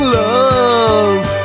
love